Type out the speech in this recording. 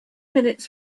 minutes